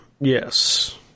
yes